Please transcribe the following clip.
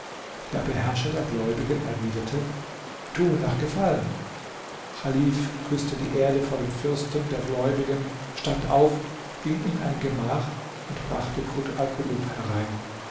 der beherrscher der gläubigen erwiderte tue nach gefallen chalif küßte die erde vor dem fürsten der gläubigen stand auf ging in ein gemach und brachte kut alkulub herein